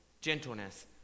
gentleness